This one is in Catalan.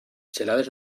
gelades